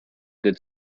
good